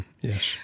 Yes